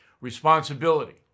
Responsibility